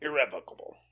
irrevocable